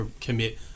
commit